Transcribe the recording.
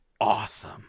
awesome